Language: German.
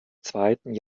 zweiten